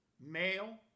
male